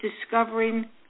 discovering